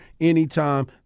anytime